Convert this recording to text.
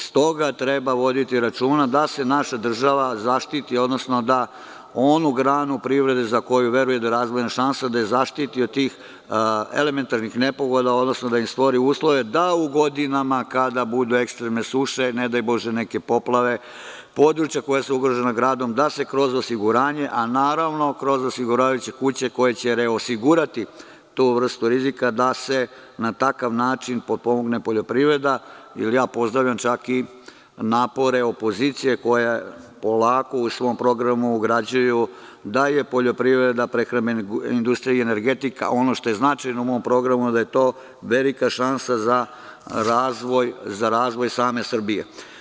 Stoga treba voditi računa da se naša država zaštiti, odnosno da onu granu privrede za koju veruje da razvojna šansa, da je zaštiti od tih elementarnih nepogoda, da im stvori uslove, da u godinama kada budu ekstremne suše, neke poplave, područja koja su ugrožena gradom, da se kroz osiguranje, a naravno kroz osiguravajuće kuće koje će reosigurati tu vrstu rizika, da se na takav način potpomogne poljoprivreda i ja pozdravljam napore opozicije koja polako u svom programu ugrađuje da je poljoprivreda, prehrambena industrija i energetika, ono što je značajno u mom programu, da je to velika šansa za razvoj same Srbije.